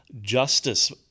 justice